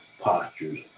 postures